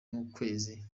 n’ukwezi